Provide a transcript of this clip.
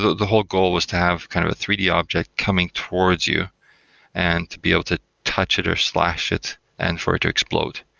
the the whole goal was to have kind of a three d object coming towards you and to be able to touch it or slash it and for it to explode.